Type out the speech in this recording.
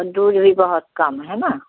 और दूध भी बहुत कम है ना